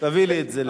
תביא לי את זה לראות.